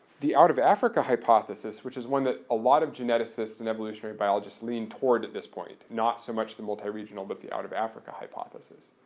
the out of africa hypothesis, which is one that a lot of geneticists and evolutionary biologists lean toward at this point, not so much the multi-regional but the out of africa hypothesis,